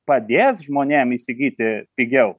padės žmonėm įsigyti pigiau